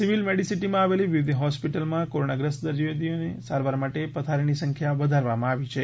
civil મેડિસીટીમાં આવેલી વિવિધ હોસ્પિટલમાં કોરોનાગ્રસ્ત દર્દીઓની સારવાર માટે પથારીની સંખ્યા વધારવામાં આવી છે